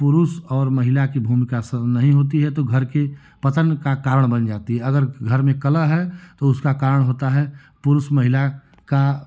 पुरुष और महिला की भूमिका स नहीं होती है तो घर के पतन का कारण बन जाती है अगर घर में कलह है तो उसका कारण होता है पुरुष महिला का